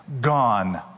gone